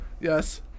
Yes